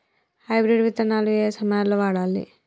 Hybrid విత్తనాలు ఏయే సమయాల్లో వాడాలి?